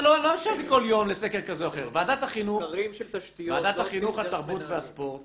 ועדת החינוך, התרבות והספורט